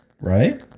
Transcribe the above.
Right